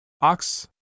Ox